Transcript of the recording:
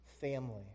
family